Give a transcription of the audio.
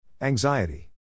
Anxiety